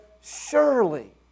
surely